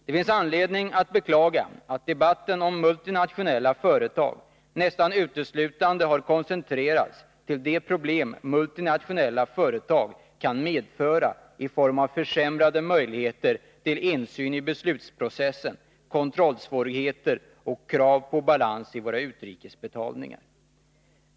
Det finns anledning att beklaga att debatten om multinationella företag nästan uteslutande har koncentrerats till de problem multinationella företag kan medföra i form av försämrade möjligheter till insyn i beslutsprocessen, kontrollsvårigheter och krav på balans i våra utrikesbetalningar.